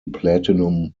platinum